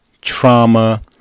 trauma